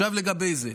עכשיו, לגבי זה,